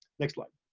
next slide.